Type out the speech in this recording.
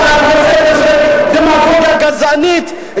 דמגוגיה גזענית,